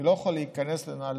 אני לא יכול להיכנס לנעלי